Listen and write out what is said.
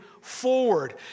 forward